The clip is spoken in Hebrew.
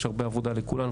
יש הרבה עבודה לכולם,